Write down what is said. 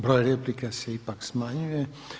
Broj replika se ipak smanjuje.